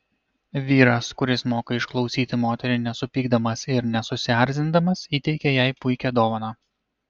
vyras kuris moka išklausyti moterį nesupykdamas ir nesusierzindamas įteikia jai puikią dovaną